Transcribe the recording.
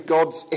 God's